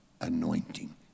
anointing